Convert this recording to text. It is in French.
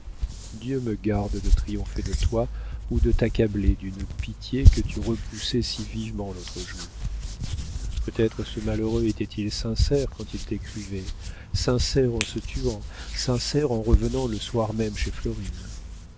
dieu me garde de triompher de toi ou de t'accabler d'une pitié que tu repoussais si vivement l'autre jour peut-être ce malheureux était-il sincère quand il t'écrivait sincère en se tuant sincère en revenant le soir même chez florine